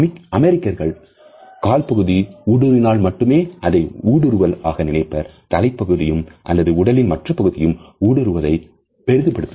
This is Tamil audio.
அமெரிக்கர்கள் கால் பகுதி உடுருவினாள் மட்டுமே அதை ஊடுருவல் ஆக நினைப்பர் தலைப்பகுதியும் அல்லது உடலின் மற்ற பகுதிகள் ஊடுருவுவதை பெரிதுபடுத்துவதில்லை